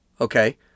okay